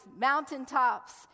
mountaintops